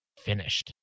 finished